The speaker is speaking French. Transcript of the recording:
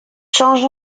change